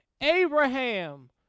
Abraham